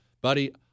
Buddy